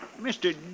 Mr